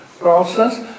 process